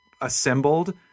assembled